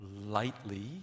lightly